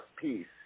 peace